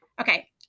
okay